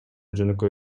жөнөкөй